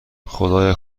خدایا